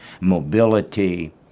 mobility